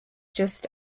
just